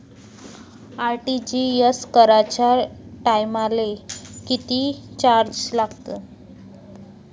RTGS कराच्या टायमाले किती चार्ज लागन?